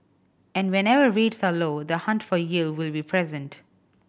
and whenever rates are low the hunt for yield will be present